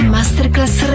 Masterclass